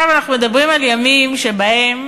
אנחנו מדברים על ימים שבהם